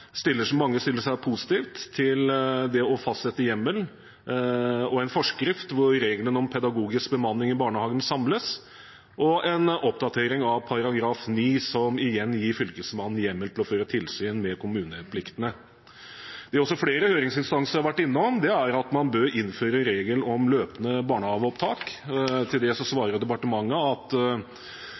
stiller seg positive til å fastsette en hjemmel og en forskrift hvor regelen om pedagogisk bemanning i barnehagen samles, og en oppdatering av § 9, som igjen gir fylkesmannen hjemmel til å føre tilsyn med kommunepliktene. Det også flere høringsinstanser har vært innom, er at man bør innføre regelen om løpende barnehageopptak. Til det svarer departementet at